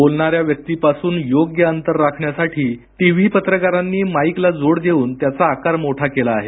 बोलणाऱ्या व्यक्तीपासून योग्य अंतर राखण्यासाठी टीव्ही पत्रकारांनी माईकला जोड देऊन त्याचा आकार मोठा केला आहे